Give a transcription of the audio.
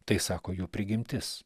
tai sako jų prigimtis